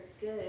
good